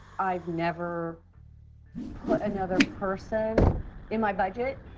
i've never put another person in my budget.